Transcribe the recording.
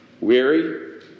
weary